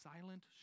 silent